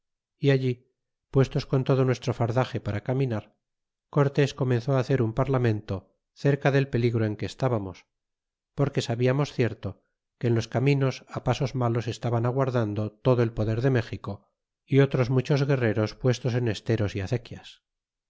y allí puestos con todo nuestro fardaxe para caminar cortes comenzó hacer un parlamento cerca del peligro en que estábamos porque sabiamos cierto que en los caminos á pasos malos estaban aguardando todo el poder de méxico y otros muchos guerreros puestos en esteros y acequias